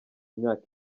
myaka